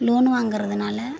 loan வாங்குறதுனால்